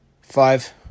Five